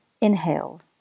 inhale